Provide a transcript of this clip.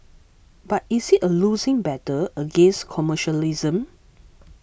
but is it a losing battle against commercialism